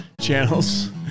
channels